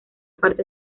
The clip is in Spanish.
parte